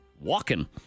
walking